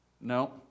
No